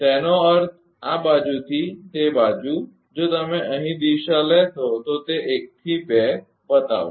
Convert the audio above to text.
તેનો અર્થ આ બાજુથી તે બાજુ જો તમે અહીં દિશા લેશો તો તે 1 to 2 બતાવશે